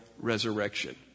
resurrection